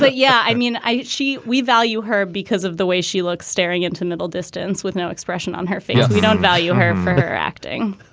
but yeah i mean i she we value her because of the way she looks staring into middle distance with no expression on her face. we don't value her for acting.